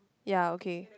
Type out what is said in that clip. ya okay